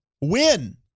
Win